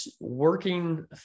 working